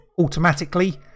automatically